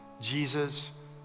Jesus